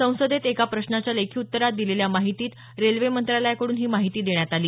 संसदेत एका प्रश्नाच्या लेखी उत्तरात दिलेल्या माहितीत रेल्वे मंत्रालयाकडून ही माहिती देण्यात आली आहे